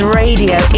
radio